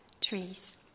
trees